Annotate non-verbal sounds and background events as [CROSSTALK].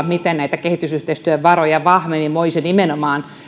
[UNINTELLIGIBLE] miten näitä kehitysyhteistyön varoja voisi vahvemmin